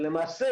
ולמעשה,